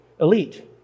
elite